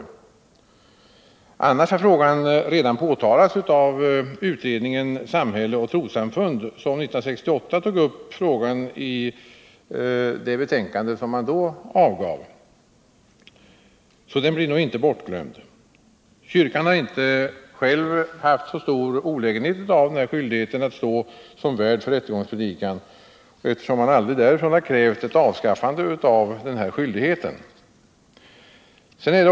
Frågan om rättegångspredikan har dock redan tagits upp i betänkandet Samhälle och trossamfund som avgavs av 1968 års beredning om stat och kyrka, så den blir nog inte bortglömd. Kyrkan har inte själv haft så stor olägenhet av skyldigheten att stå som värd för rättegångspredikan, eftersom den aldrig har krävt ett avskaffande av denna skyldighet.